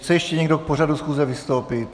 Chce ještě někdo k pořadu schůze vystoupit?